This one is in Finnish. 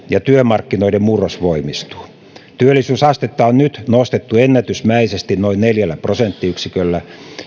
ja työmarkkinoiden murros voimistuu työllisyysastetta on nyt nostettu ennätysmäisesti noin neljällä prosenttiyksiköllä